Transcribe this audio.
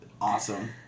Awesome